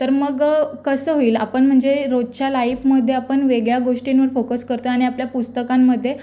तर मग कसं होईल आपण म्हणजे रोजच्या लाईफमध्ये आपण वेगळ्या गोष्टींवर फोकस करतो आहे आणि आपल्या पुस्तकांमध्ये